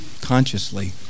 consciously